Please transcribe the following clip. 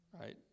right